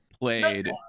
played